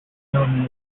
known